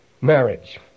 marriage